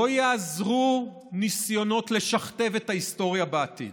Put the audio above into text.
לא יעזרו ניסיונות לשכתב את ההיסטוריה בעתיד.